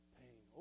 pain